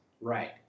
Right